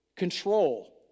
control